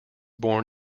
born